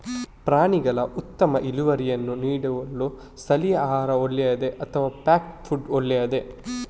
ಪ್ರಾಣಿಗಳು ಉತ್ತಮ ಇಳುವರಿಯನ್ನು ನೀಡಲು ಸ್ಥಳೀಯ ಆಹಾರ ಒಳ್ಳೆಯದೇ ಅಥವಾ ಪ್ಯಾಕ್ ಫುಡ್ ಒಳ್ಳೆಯದೇ?